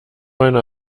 einer